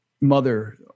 mother